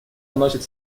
вносит